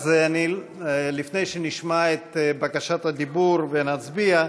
אז לפני שנשמע את בקשת הדיבור ונצביע,